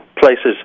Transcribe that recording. places